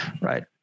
right